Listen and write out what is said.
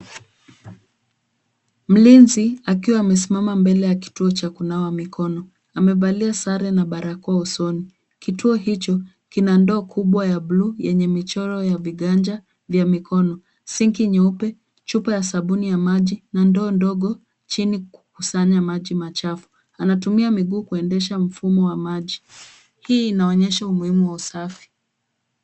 Mlinzi akiwa amesimama mbele ya kituo cha kunawa mikono. Amevalia sare na barakoa usoni. Kituo hicho kina ndoo kubwa ya buluu yenye michoro ya viganja vya mikono, sinki nyeupe, chupa ya sabuni ya maji na ndoo ndogo chini, kukusanya maji machafu. Anatumia miguu kuendesha mfumo wa maji. Hii inaonyesha umuhimu wa usafi.